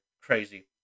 Crazy